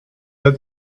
that